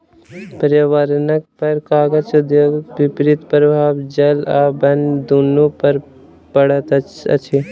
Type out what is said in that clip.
पर्यावरणपर कागज उद्योगक विपरीत प्रभाव जल आ बन दुनू पर पड़ैत अछि